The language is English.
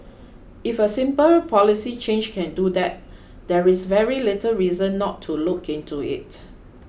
if a simple policy change can do that there is very little reason not to look into it